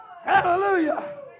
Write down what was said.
Hallelujah